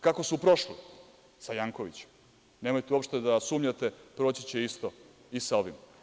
Kako su prošli sa Jankovićem, nemojte uopšte da sumnjate, proći će isto i sa ovim.